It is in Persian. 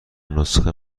نسخه